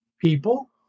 people